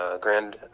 grand